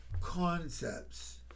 concepts